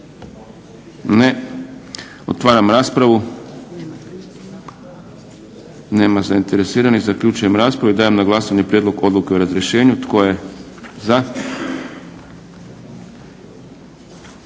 Ne. Otvaram raspravu. Nema zainteresiranih, zaključujem raspravu. Dajem na glasovanje Prijedlog Odluke o razrješenju. Tko je za?